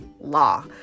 law